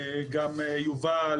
גם יובל,